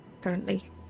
currently